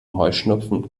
heuschnupfen